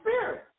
Spirit